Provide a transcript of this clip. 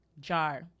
Jar